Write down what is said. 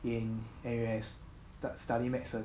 in N_U_S start studying medicine